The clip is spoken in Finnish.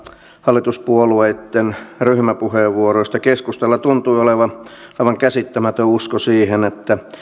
hallituspuolueitten ryhmäpuheenvuoroista keskustalla tuntui olevan aivan käsittämätön usko siihen että